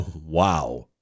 wow